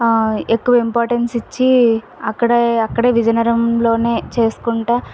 ఎక్కువ ఇంపార్టెన్స్ ఇచ్చి అక్కడ అక్కడ విజయనగరంలో చేసుకుంటు